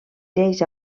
lleis